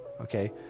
okay